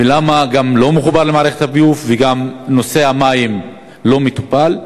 ולמה היישוב גם לא מחובר למערכת הביוב וגם נושא המים לא מטופל שם?